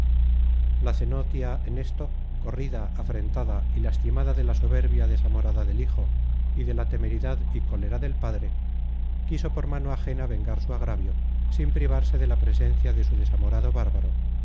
la cenotia en esto corrida afrentada y lastimada de la soberbia desamorada del hijo y de la temeridad y cólera del padre quiso por mano ajena vengar su agravio sin privarse de la presencia de su desamorado bárbaro